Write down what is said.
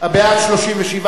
שם החוק נתקבל.